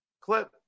clip